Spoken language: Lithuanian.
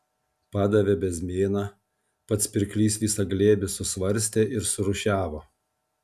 padavė bezmėną pats pirklys visą glėbį susvarstė ir surūšiavo